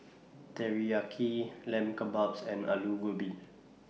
Teriyaki Lamb Kebabs and Alu Gobi